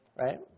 right